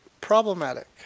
problematic